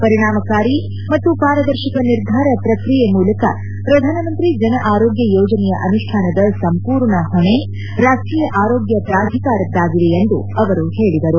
ಪರಿಣಾಮಕಾರಿ ಮತ್ತು ಪಾರದರ್ಶಕ ನಿರ್ಧಾರ ಪ್ರಕ್ರಿಯೆ ಮೂಲಕ ಪ್ರಧಾನಮಂತ್ರಿ ಜನ ಆರೋಗ್ಯ ಯೋಜನೆಯ ಅನುಷ್ಠಾನದ ಸಂಪೂರ್ಣ ಹೊಣೆ ರಾಷ್ವೀಯ ಆರೋಗ್ಯ ಪ್ರಾಧಿಕಾರದ್ದಾಗಿದೆ ಎಂದು ಅವರು ಹೇಳಿದರು